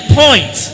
point